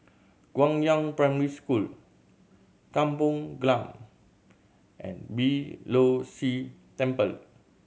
Guangyang Primary School Kampong Glam and Beeh Low See Temple